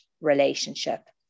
relationship